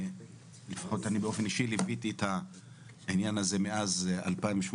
לפחות אני באופן אישי ליוויתי את העניין הזה מאז 2018,